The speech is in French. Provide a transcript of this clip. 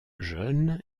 jeune